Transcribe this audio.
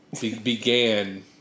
began